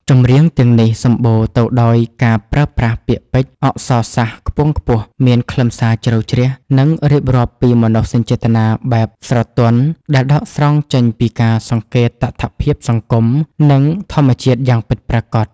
ចម្រៀងទាំងនេះសម្បូរទៅដោយការប្រើប្រាស់ពាក្យពេចន៍អក្សរសាស្ត្រខ្ពង់ខ្ពស់ មានខ្លឹមសារជ្រៅជ្រះ និងរៀបរាប់ពីមនោសញ្ចេតនាបែបស្រទន់ដែលដកស្រង់ចេញពីការសង្កេតតថភាពសង្គម និងធម្មជាតិយ៉ាងពិតប្រាកដ។